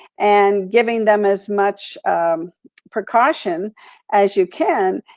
and giving them as much precaution as you can,